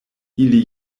ili